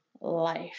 life